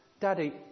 Daddy